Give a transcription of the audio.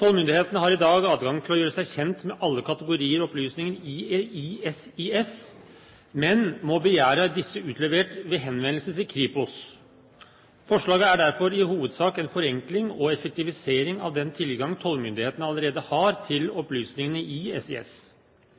Tollmyndighetene har i dag adgang til å gjøre seg kjent med alle kategorier opplysninger i SIS, men må begjære disse utlevert ved henvendelse til Kripos. Forslaget er derfor i hovedsak en forenkling og effektivisering av den tilgang tollmyndighetene allerede har til opplysningene i